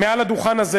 מעל לדוכן הזה